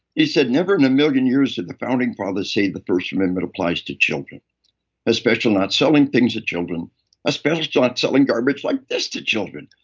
he said, never in a million years did the founding fathers say the first amendment applies to children especially not selling things to children especially not selling garbage like this to children.